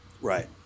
Right